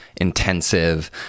intensive